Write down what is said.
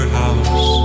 house